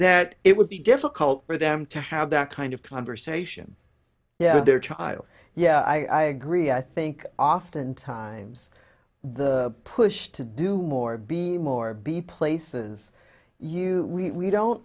that it would be difficult for them to have that kind of conversation yeah their child yeah i agree i think oftentimes the push to do more be more be places you we don't